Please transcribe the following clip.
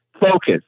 focus